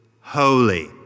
holy